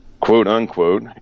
quote-unquote